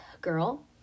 girl